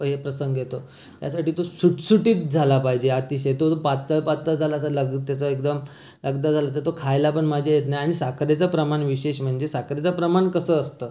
पे प्रसंग येतो त्यासाठी तो सुटसुटीत झाला पाहिजे अतिशय तो जर पात्तळ पात्तळ झाला असा लग तेचा एकदम लगदा झाला तर तो खायला पण मजा येत नाही आणि साखरेचं प्रमाण विशेष म्हणजे साखरेचं प्रमाण कसं असतं